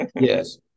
Yes